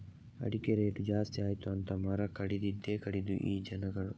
ಅಡಿಕೆ ರೇಟು ಜಾಸ್ತಿ ಆಯಿತು ಅಂತ ಮರ ಕಡಿದದ್ದೇ ಕಡಿದದ್ದು ಈ ಜನಗಳು